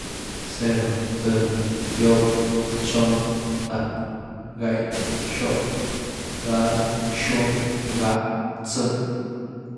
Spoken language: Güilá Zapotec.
Zero, thë, tiop, tchon, tap, gai, xop, gáz, xun, gá, tzë.